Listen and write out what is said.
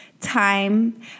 time